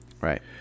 Right